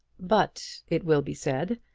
but, it will be said,